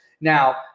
Now